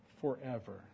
forever